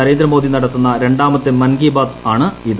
നരേന്ദ്രമോദി നടത്തുന്ന രണ്ടാമത്തെ മൻ കീ ബാത്ത് ആണ് ഇത്